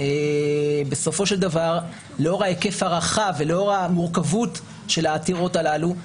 בסופו של דבר לאור ההיקף הרחב ולאור המורכבות של העתירות הללו,